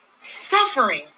suffering